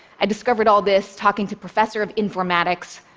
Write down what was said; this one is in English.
i discovered all this talking to professor of informatics,